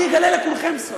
אני אגלה לכולכם סוד: